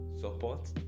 support